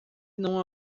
não